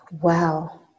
wow